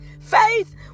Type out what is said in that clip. Faith